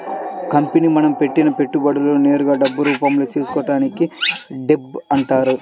company మనం పెట్టిన పెట్టుబడులను నేరుగా డబ్బు రూపంలో తీసుకోవడాన్ని డెబ్ట్ అంటారు